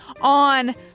on